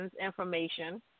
information